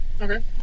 Okay